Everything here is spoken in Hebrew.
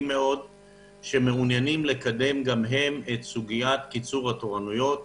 מאוד שמעוניינים לקדם את סוגיית התורנויות